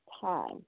time